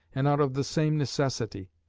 and out of the same necessity.